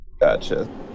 Gotcha